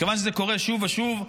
מכיוון שזה קורה שוב ושוב,